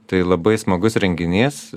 tai labai smagus renginys